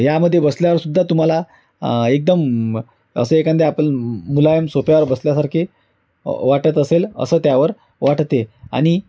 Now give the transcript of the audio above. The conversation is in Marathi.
यामध्ये बसल्यावरसुद्धा तुम्हाला एकदम असं एखाद्या आपलं मुलायम सोप्यावर बसल्यासारखे वाटत असेल असं त्यावर वाटते आणि